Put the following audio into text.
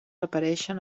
apareixen